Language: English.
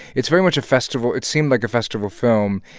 it's very much a festival it seemed like a festival film,